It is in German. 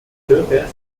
kirche